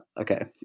okay